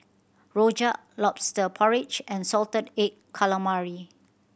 rojak Lobster Porridge and salted egg calamari